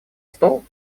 стол